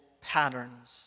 patterns